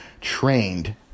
trained